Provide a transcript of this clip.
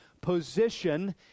position